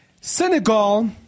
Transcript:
Senegal